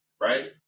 Right